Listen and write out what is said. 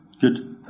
Good